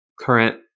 current